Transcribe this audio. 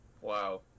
Wow